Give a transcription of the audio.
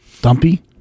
Dumpy